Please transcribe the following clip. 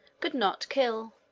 could not kill.